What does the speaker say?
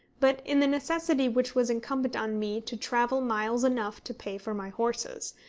but in the necessity which was incumbent on me to travel miles enough to pay for my horses,